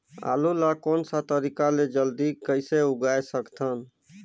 आलू ला कोन सा तरीका ले जल्दी कइसे उगाय सकथन?